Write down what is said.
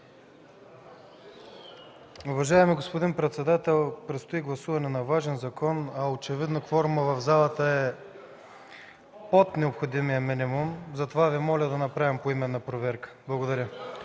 Уважаеми господин председател, предстои гласуване на важен закон, а очевидно кворумът в залата е под необходимия минимум. Затова Ви моля да направим поименна проверка. Благодаря